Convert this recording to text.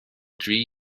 dri